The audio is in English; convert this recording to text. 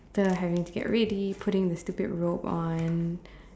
the having to get ready putting the stupid robe on